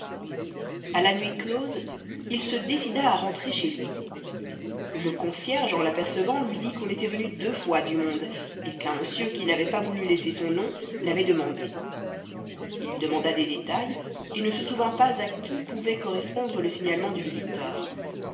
à la nuit close il se décida à rentrer chez lui le concierge en l'apercevant lui dit qu'on était venu deux fois du monde et qu'un monsieur qui n'avait pas voulu laisser son nom l'avait demandé il demanda des détails et ne se souvint pas à qui pouvait correspondre le signalement du visiteur